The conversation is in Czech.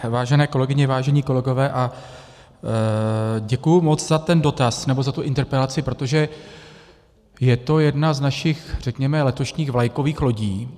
Vážené kolegyně, vážení kolegové, děkuji moc za ten dotaz nebo za tu interpelaci, protože je to jedna z našich letošních vlajkových lodí.